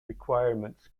requirements